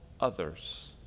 others